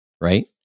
Right